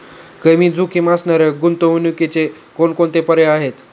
कमी जोखीम असणाऱ्या गुंतवणुकीचे कोणकोणते पर्याय आहे?